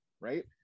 right